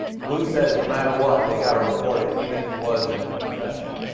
blue says no matter what they've got to report it even if it was in a confession.